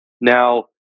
Now